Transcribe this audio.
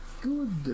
good